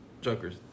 Jokers